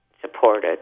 supported